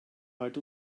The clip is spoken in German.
halt